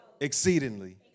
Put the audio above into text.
exceedingly